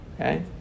Okay